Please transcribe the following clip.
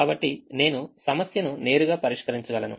కాబట్టి నేను సమస్యను నేరుగా పరిష్కరించగలను